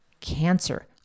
cancer